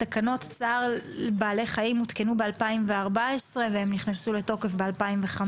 תקנות צער בעלי חיים הותקנו ב-2014 והם נכנסו לתוקף ב-2015